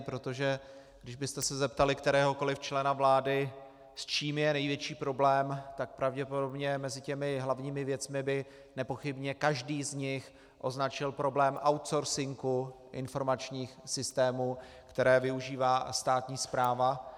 Protože kdybyste se zeptali kteréhokoliv člena vlády, s čím je největší problém, tak pravděpodobně mezi těmi hlavními věcmi by nepochybně každý z nich označil problém outsourcingu informačních systémů, které využívá státní správa.